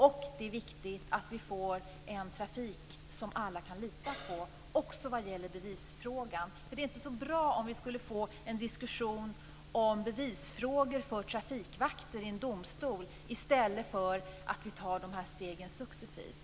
Och det är viktigt att vi får en trafik som alla kan lita på också när det gäller bevisfrågan. Det är nämligen inte så bra om vi skulle få en diskussion om bevisfrågor när det gäller trafikvakter i en domstol. Det är bättre att vi tar dessa steg successivt.